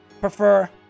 prefer